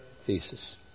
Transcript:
thesis